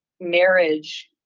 marriage